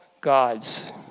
gods